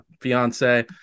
fiance